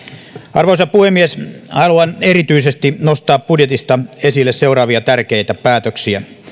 arvoisa puhemies haluan erityisesti nostaa budjetista esille seuraavia tärkeitä päätöksiä